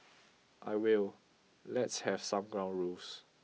I will let's have some ground rules